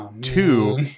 Two